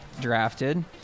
drafted